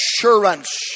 assurance